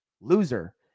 loser